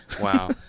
wow